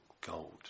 gold